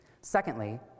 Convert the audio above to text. Secondly